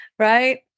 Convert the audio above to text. Right